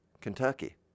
Kentucky